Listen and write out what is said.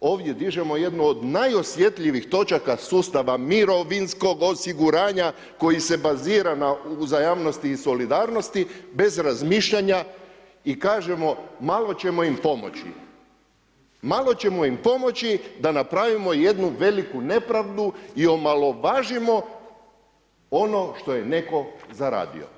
ovdje dižemo jednu od najosjetljivijih točaka sustava mirovinskog osiguranja koji se bazira na uzajamnosti i solidarnosti bez razmišljanja i kažemo malo ćemo im pomoći, malo ćemo im pomoći da napravimo jednu veliku nepravdu i omalovažimo ono što je netko zaradio.